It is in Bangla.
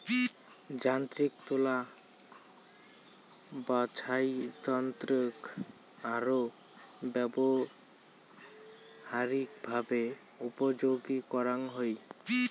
যান্ত্রিক তুলা বাছাইযন্ত্রৎ আরো ব্যবহারিকভাবে উপযোগী করাঙ হই